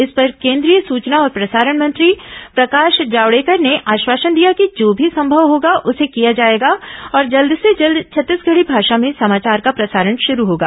इस पर केंद्रीय सूचना और प्रसारण मंत्री प्रकाश जॉवड़ेकर ने आश्वासन दिया कि जो भी संभव होगा उसे किया जाएगा और जल्द से जल्द छत्तीसगढी भाषा में समाचार का प्रसारण शरू होगा